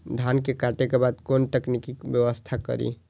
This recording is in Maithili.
धान के काटे के बाद कोन तकनीकी व्यवस्था करी?